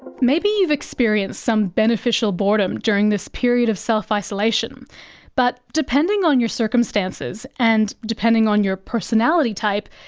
maybe you've experienced some beneficial boredom during this period of self-isolation. but, depending on your circumstances and depending on your personality type,